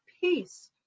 peace